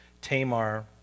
Tamar